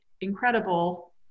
incredible